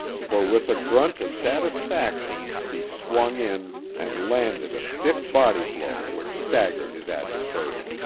for with a grunt of satisfaction he swung in and landed a stiff body blow which staggered his adversary.